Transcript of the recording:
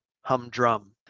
humdrum